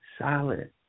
solid